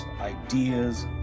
ideas